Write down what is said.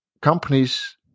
companies